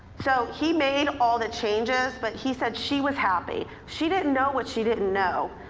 so he made all the changes but he said she was happy. she didn't know what she didn't know.